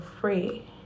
free